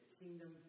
kingdom